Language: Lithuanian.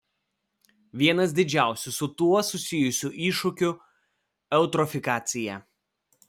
vienas didžiausių su tuo susijusių iššūkių eutrofikacija